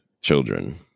children